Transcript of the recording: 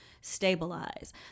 stabilize